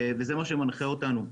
וזה מה שמנחה אותנו.